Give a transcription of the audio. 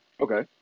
Okay